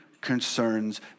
concerns